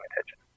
attention